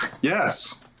yes